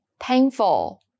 Painful